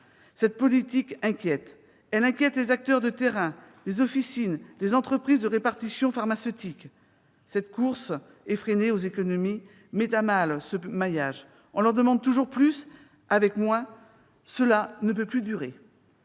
Cette politique inquiète ; elle inquiète les acteurs de terrain, les officines, les entreprises de répartition pharmaceutique. La course effrénée aux économies met à mal ce maillage. On leur demande de faire toujours plus avec moins : cela ne peut plus durer